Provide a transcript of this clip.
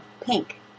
pink